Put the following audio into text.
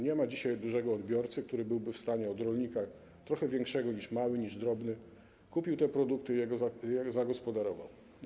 Nie ma dzisiaj dużego odbiorcy, który byłby w stanie od rolnika trochę większego niż mały, drobny kupić te produkty i je zagospodarować.